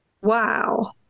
wow